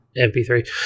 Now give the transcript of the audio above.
mp3